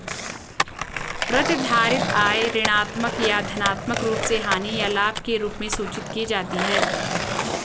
प्रतिधारित आय ऋणात्मक या धनात्मक रूप से हानि या लाभ के रूप में सूचित की जाती है